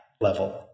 level